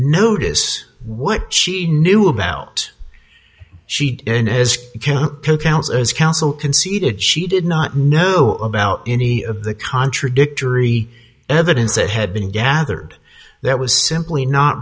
notice what she knew about she did and as you can count as counsel conceded she did not know about any of the contradictory evidence that had been gathered that was simply not